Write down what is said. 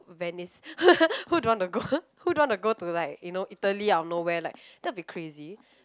Venice who don't want to go who don't want to go to like you know Italy or nowhere like that will be like crazy